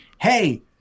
hey